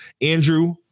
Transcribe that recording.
andrew